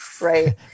right